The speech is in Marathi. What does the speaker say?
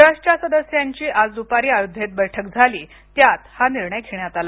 ट्रस्टच्या सदस्यांची आज दुपारी अयोध्येत बैठक झाली त्यात हा निर्णय घेण्यात आला